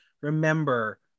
remember